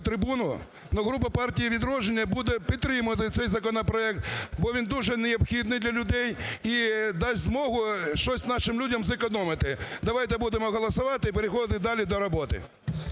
трибуну, но група "Партії "Відродження" буде підтримувати цей законопроект, бо він дуже необхідний для людей і дасть змогу щось нашим людям зекономити. Давайте будемо голосувати і переходити далі до роботи.